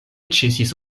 ĉesis